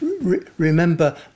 remember